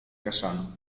kaszaną